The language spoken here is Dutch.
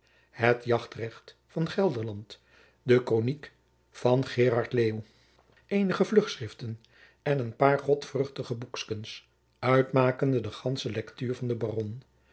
het jachtrecht van gelderland de kronijk van gheraert leeuw eenige vlugschriften en een paar godvruchtige boekskens uitmakende de gandsche lectuur van den baron